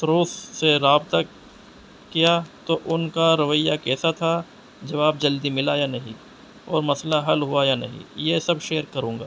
service سے رابطہ کیا تو ان کا رویہ کیسا تھا جب آپ جلدی ملا یا نہیں اور مسئلہ حل ہوا یا نہیں یہ سب شیئر کروں گا